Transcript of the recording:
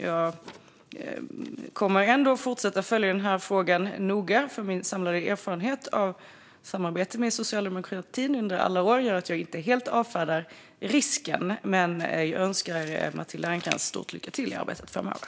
Jag kommer ändå att fortsätta att följa den här frågan noga, för min samlade erfarenhet av samarbete med socialdemokratin under alla år gör att jag inte helt avfärdar risken. Jag önskar dock Matilda Ernkrans ett stort lycka till i arbetet framöver.